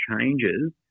changes